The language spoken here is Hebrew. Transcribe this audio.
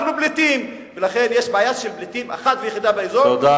אנחנו פליטים.